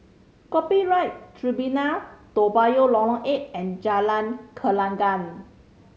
Copyright Tribunal Toa Payoh Lorong Eight and Jalan Gelenggang